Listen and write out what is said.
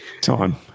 time